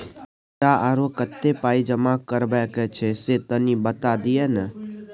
हमरा आरो कत्ते पाई जमा करबा के छै से तनी बता दिय न?